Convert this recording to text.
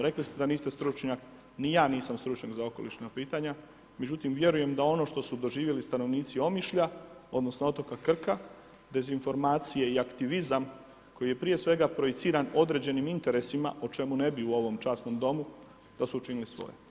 Rekli ste da niste stručnjak, ni ja nisam stručnjak za okolišna pitanja, međutim, vjerujem da ono što su doživjeli stanovnici Omišlja, odnosno, otoka Krka, dezinformacije i aktivizam koji je prije svega projektiran određenim interesa određenim interesima o čemu ne bi u ovom časnom Domu da su učinili svoje.